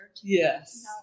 Yes